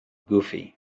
goofy